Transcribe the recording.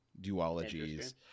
duologies